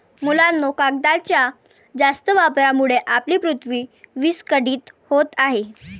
मुलांनो, कागदाच्या जास्त वापरामुळे आपली पृथ्वी विस्कळीत होत आहे